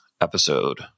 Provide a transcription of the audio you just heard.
episode